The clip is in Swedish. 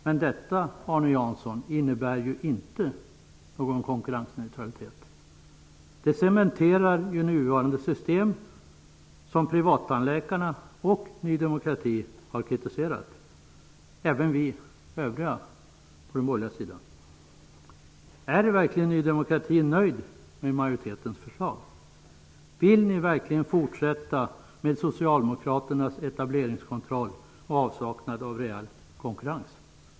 Men detta, Arne Jansson, innebär ju inte någon konkurrensneutralitet. Det cementerar nuvarande system som privattandläkarna, Ny demorkati och även vi övriga på den borgerliga sidan har kritiserat. Är man i Ny demokrati verkligen nöjd med majoritetens förslag? Vill ni fortsätta med socialdemokraternas etableringskontroll och avsaknad av reell konkurrens?